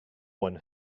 one